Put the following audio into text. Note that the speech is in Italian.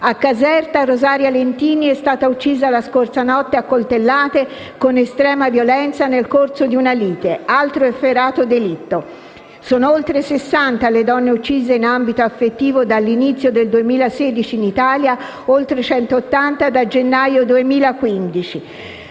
A Caserta Rosaria Lentini è stata uccisa la scorsa notte a coltellate, con estrema violenza nel corso di una lite! È un altro efferato delitto. Sono oltre 60 le donne uccise in ambito affettivo dall'inizio del 2016 in Italia, oltre 180 da gennaio 2015.